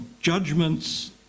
judgments